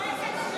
לשבת.